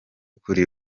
kuri